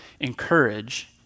encourage